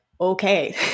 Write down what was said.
okay